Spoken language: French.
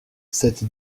cette